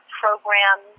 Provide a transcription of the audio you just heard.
program